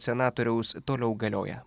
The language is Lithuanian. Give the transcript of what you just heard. senatoriaus toliau galioja